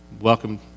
welcome